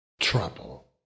trouble